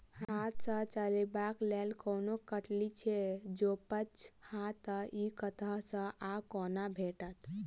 हाथ सऽ चलेबाक लेल कोनों कल्टी छै, जौंपच हाँ तऽ, इ कतह सऽ आ कोना भेटत?